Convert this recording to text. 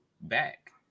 back